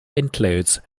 includes